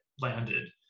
landed